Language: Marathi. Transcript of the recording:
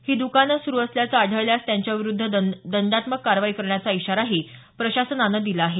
ही दुकानं सुरू असल्याचं आढळल्यास त्यांच्याविरुद्ध दंडात्मक कारवाई करण्याचा इशाराही प्रशासनानं दिला आहे